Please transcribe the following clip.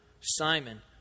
Simon